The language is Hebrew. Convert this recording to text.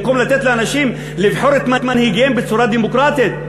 במקום לתת לאנשים לבחור את מנהיגיהם בצורה דמוקרטית?